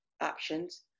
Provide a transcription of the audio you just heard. options